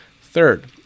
Third